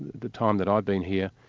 the time that i've been here,